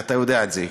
ואתה יודע את זה,